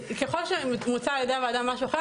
ככל שמוצע הוועדה על ידי משהו אחר,